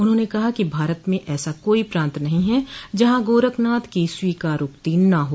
उन्होंने कहा कि भारत में ऐसा कोई प्रान्त नहीं है जहां गोरखनाथ की स्वीकारोक्ति न हो